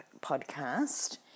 podcast